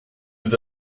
nous